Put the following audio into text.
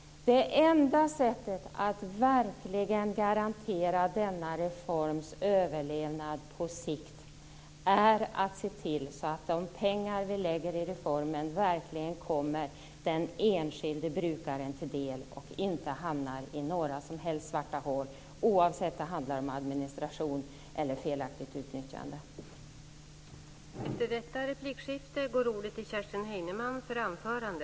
Det enda sättet att verkligen garantera denna reforms överlevnad på sikt är att se till att de pengar som vi lägger i reformen verkligen kommer den enskilde brukaren till del och inte hamnar i några som helst svarta hål oavsett om det handlar om administration eller felaktigt utnyttjande.